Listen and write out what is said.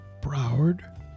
Broward